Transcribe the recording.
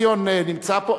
ציון נמצא פה?